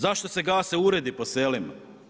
Zašto se gase uredi po selima?